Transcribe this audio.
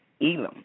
Elam